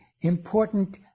important